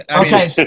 Okay